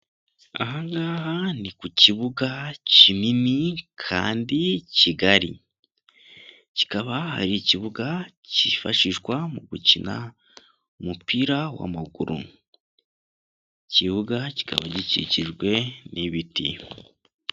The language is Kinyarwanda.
Ahangaha ni ku kibuga kinini kandi kigali, kikaba hari ikibuga cyifashishwa mu gukina umupira w'amaguru. Ikibuga kikaba gikikijwe n'ibiti.